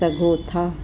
सघो था